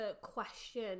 question